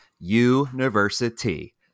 University